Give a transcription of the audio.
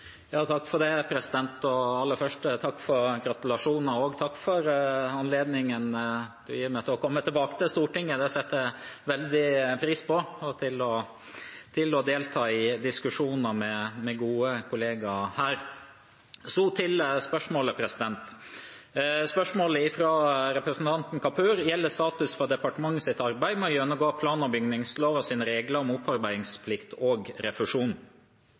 Aller først: Takk for gratulasjoner, og takk for anledningen det gir meg til å komme tilbake til Stortinget, jeg setter veldig pris på å delta i diskusjoner med min gode kollegaer her. Så til spørsmålet fra representanten Kapur, som gjelder status for departementets arbeid med å gjennomgå plan- og bygningslovens regler om opparbeidingsplikt og refusjon.